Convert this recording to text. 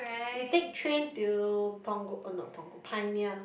you take train till Punggol oh not Punggol Pioneer